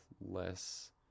less